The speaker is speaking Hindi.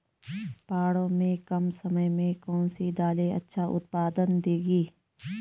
पहाड़ों में कम समय में कौन सी दालें अच्छा उत्पादन देंगी?